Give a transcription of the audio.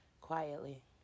Quietly